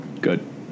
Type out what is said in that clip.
Good